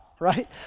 right